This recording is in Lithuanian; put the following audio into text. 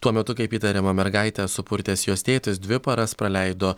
tuo metu kaip įtariama mergaitę supurtęs jos tėtis dvi paras praleido